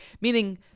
Meaning